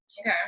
Okay